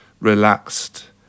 relaxed